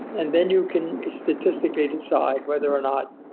and then you can statistically decide whether or not